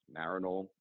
Marinol